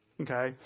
Okay